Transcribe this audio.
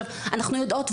אנחנו יודעות,